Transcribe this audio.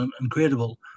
incredible